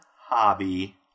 hobby